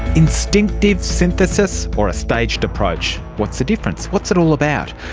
instinctive synthesis or a staged approach, what's the difference, what's it all about?